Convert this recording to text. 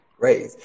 Great